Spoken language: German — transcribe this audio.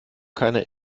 keiner